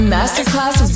Masterclass